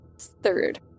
third